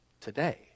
today